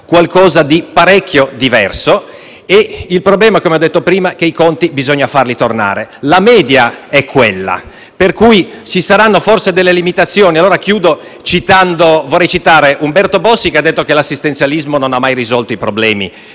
qualcosa di parecchio diverso, il problema, come lei ha detto, è che i conti bisogna farli tornare. La media è quella, per cui ci saranno forse delle limitazioni. Concludo citando Umberto Bossi, che proprio stamattina ha detto che l'assistenzialismo non ha mai risolto i problemi